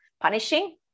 punishing